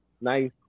nice